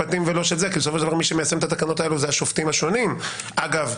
המשפטים זה השופטים שבסופו של דבר מיישמים את התקנות האלה.